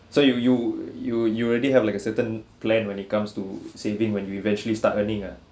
so you you you you already have like a certain plan when it comes to saving when you eventually start earning ah